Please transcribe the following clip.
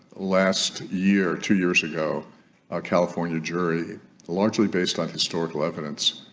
last year two years ago a california jury largely based on historical evidence